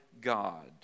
God